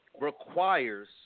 requires